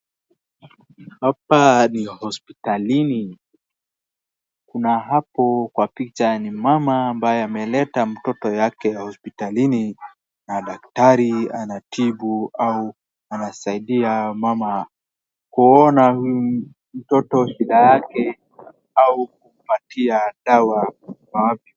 Hapa ni hospitalini, kuna hapo kwa picha ni mama ambaye ameleta mtoto yake hospitalini n a daktari anatibu au anasaidia mama kuona huyu mtoto shida yake au kumpatia dawa ifaavyo.